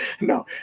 No